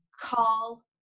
call